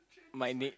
my ni~